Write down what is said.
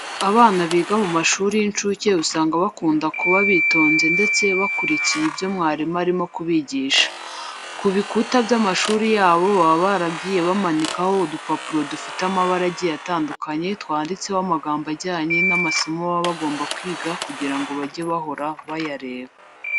Abana biga mu mashuri y'inshuke usanga bakunda kuba bitonze ndetse bakurikiye ibyo mwarimu arimo kubigisha. Ku bikuta by'amashuri yabo baba baragiye bamanikaho udupapuro dufite amabara agiye atandukanye twanditseho amagambo ajyanye n'amasomo baba bagomba kwiga kugira ngo bajye bahora bayareba.